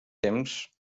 temps